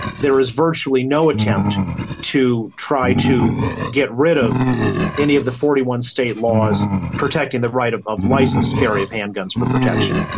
there is virtually no attempt to try to get rid of any of the forty one state laws protecting the right of of licensed carry of handguns for protection.